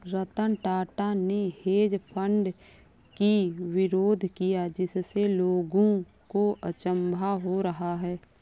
रतन टाटा ने hedge fund की विरोध किया जिससे लोगों को अचंभा हो रहा है